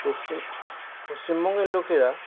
পশ্চিম পশ্চিমবঙ্গের লোকেরা